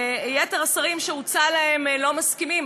ויתר השרים שהוצע להם לא מסכימים.